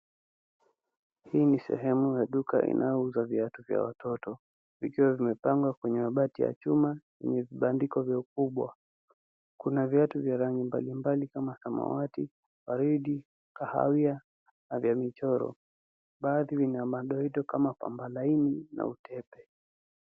Hii ni sehemu ya duka inayouza viatu vya watoto vikiwa vimepangwa kwenye mabati ya chuma, yenye vibandiko vya ukubwa. Kuna viati vya rangi mbalimbali kama samawati, waridi, kahawia na vya michoro. Baadhi zina madoido kama kamba laini na utepe.